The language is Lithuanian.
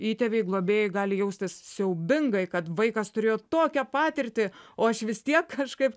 įtėviai globėjai gali jaustis siaubingai kad vaikas turėjo tokią patirtį o aš vis tiek kažkaip